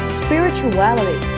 spirituality